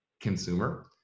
consumer